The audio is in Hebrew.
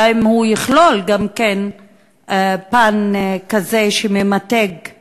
האם גם הוא יכלול פן כזה שממתג את